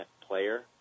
player